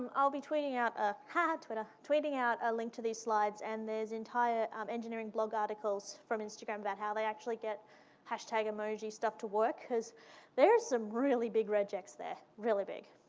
um i'll be tweeting out a, haha, twitter, tweeting out a link to these slides, and there's an entire um engineering blog articles from instagram about how they actually get hashtag emoji stuff to work cause there's some really big rejects there, really big.